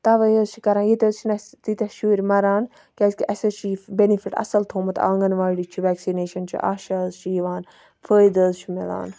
تَوَے حظ چھِ کران ییٚتہِ حظ چھِنہٕ اَسہِ تیتیاہ شُرۍ مَران کیازکہِ اَسہِ حظ چھ یہِ بینِفِٹ اَصل تھوومُت آنٛگَن واڈی چھُ ویٚکسِنیشَن چھُ آشاز چھِ یِوان فٲیدٕ حظ چھُ مِلان